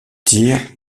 tire